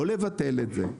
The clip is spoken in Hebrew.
לא לבטל את זה.